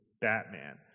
Batman